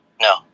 No